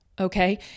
Okay